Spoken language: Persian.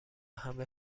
همه